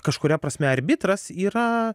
kažkuria prasme arbitras yra